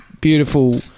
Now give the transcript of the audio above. beautiful